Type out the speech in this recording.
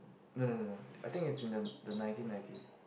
no no no no I think it's in the the nineteen ninety